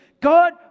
God